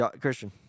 Christian